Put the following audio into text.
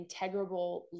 integrable